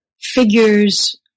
figures